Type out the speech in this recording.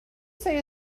say